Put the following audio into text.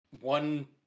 one